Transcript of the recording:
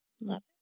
Love